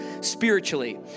spiritually